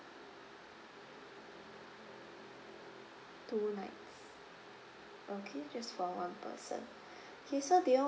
two nights okay just for one person okay so do you want